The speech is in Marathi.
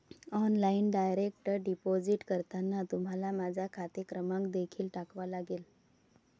ऑनलाइन डायरेक्ट डिपॉझिट करताना तुम्हाला माझा खाते क्रमांक देखील टाकावा लागेल